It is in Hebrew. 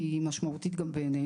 כי היא משמעותית גם בעינינו.